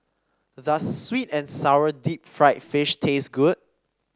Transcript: does sweet and sour Deep Fried Fish taste good